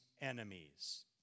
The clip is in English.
enemies